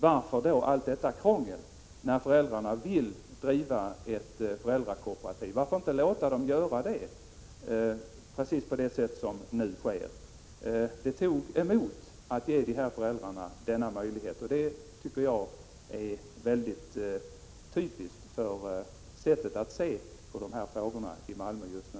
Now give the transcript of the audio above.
Varför då allt detta krångel, när föräldrarna vill driva ett föräldrakooperativ? Varför inte låta dem göra det precis på det sätt som nu sker? Det tog emot att ge dessa föräldrar denna möjlighet, och det tycker jag är typiskt för sättet att se på de här frågorna i Malmö just nu.